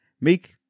make